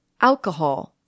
Alcohol